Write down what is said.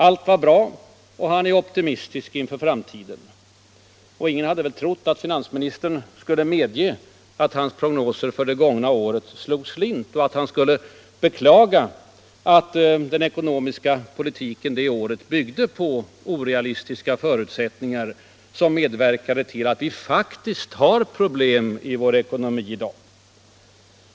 Allt var bra, och han är optimistisk för framtiden. Ingen hade väl heller trott att finansministern skulle medge att hans prognoser för det gångna året slog slint och att han skulle beklaga att den ekonomiska politiken byggt på orealistiska förutsättningar, som medverkat till att vi faktiskt har problem i vår ekonomi i dag.